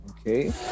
okay